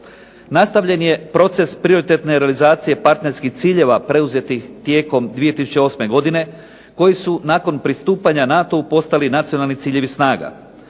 Nastavljen je proces prioritetne realizacije partnerskih ciljeva preuzetih tijekom 2008. godine koji su nakon pristupanja NATO-U postali nacionalni ciljevi snaga.